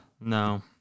No